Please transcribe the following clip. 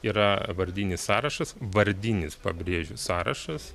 yra vardinis sąrašas vardinis pabrėžiu sąrašas